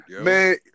man